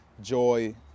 joy